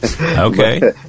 Okay